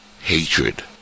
hatred